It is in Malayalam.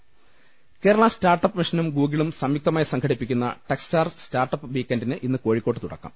്്്്്് കേരള സ്റ്റാർട്ട് അപ്പ് മിഷനും ഗൂഗിളും സംയുക്തമായി സംഘടിപ്പി ക്കുന്ന ടെക്സ്റ്റാർസ് സ്റ്റാർട്ടപ്പ് വീക്കെൻഡിന് ഇന്ന് കോഴിക്കോട്ട് തുടക്കം